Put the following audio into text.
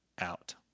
out